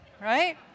right